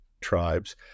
tribes